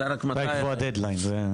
צריך לקבוע דד-ליין.